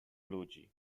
ludzi